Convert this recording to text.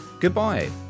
goodbye